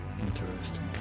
Interesting